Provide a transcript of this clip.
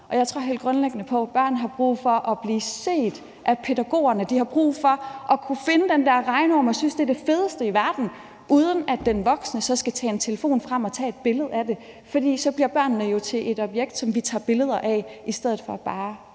Jeg tror helt grundlæggende på, at børn har brug for at blive set af pædagogerne. De har brug for at kunne finde den der regnorm og synes, det er det fedeste i verden, uden at den voksne så skal tage en telefon frem og tage et billede af det. For så bliver børnene jo til et objekt, som vi tager billeder af i stedet for bare